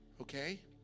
Okay